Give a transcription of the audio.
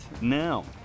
now